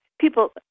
people